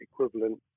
equivalent